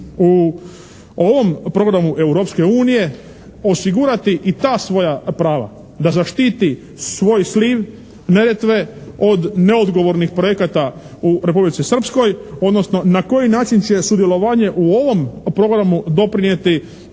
u ovom programu Europske unije osigurati i ta svoja prava da zaštiti svoj sliv Neretve od neodgovornih projekata u Republici Srpskoj, odnosno na koji način će sudjelovanje u ovom programu doprinijeti